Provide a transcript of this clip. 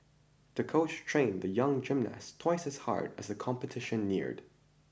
the coach trained the young gymnast twice as hard as the competition neared